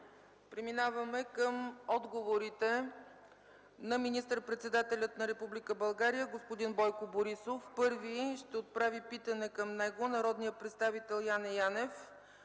Преминаваме към отговорите на министър-председателя на Република България господин Бойко Борисов. Първи ще отправи питане към него народният представител Яне Янев